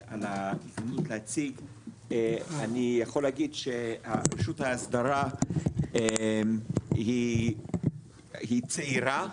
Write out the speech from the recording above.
אני יכול להגיד שהרשות לאסדרה היא צעירה,